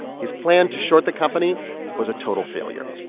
his plan to short the company was a total failure.